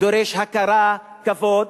דורש הכרה וכבוד.